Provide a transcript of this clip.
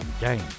game